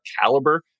caliber